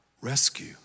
Rescue